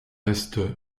est